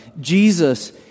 Jesus